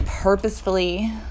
purposefully